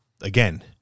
again